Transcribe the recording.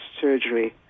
surgery